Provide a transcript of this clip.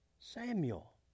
Samuel